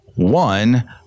One